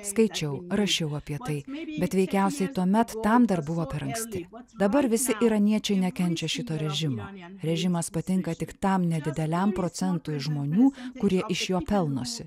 skaičiau rašiau apie tai bet veikiausiai tuomet tam dar buvo per anksti dabar visi iraniečiai nekenčia šito režimo režimas patinka tik tam nedideliam procentui žmonių kurie iš jo pelnosi